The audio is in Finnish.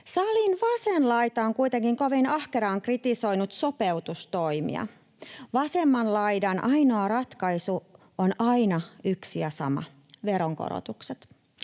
Salin vasen laita on kuitenkin kovin ahkeraan kritisoinut sopeutustoimia. Vasemman laidan ainoa ratkaisu on aina yksi ja sama: veronkorotukset.